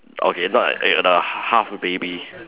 okay not an egg the half baby